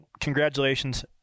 congratulations